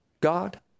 God